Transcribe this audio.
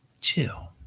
chill